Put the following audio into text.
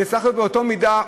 וזה צריך להיות באותה מידה,